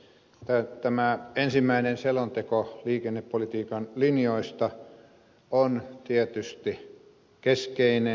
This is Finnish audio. tämä ensimmäinen selonteko liikennepolitiikan linjoista on tietysti keskeinen